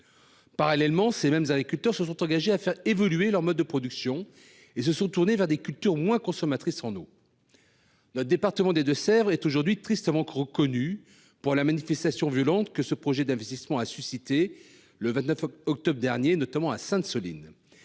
Parallèlement, ces mêmes agriculteurs se sont engagés à faire évoluer leurs modes de production et se sont tournés vers des cultures moins consommatrices en eau. Le département des Deux-Sèvres est aujourd'hui tristement connu pour la manifestation violente que ce projet d'investissement a suscitée le 29 octobre dernier, notamment à Sainte-Soline.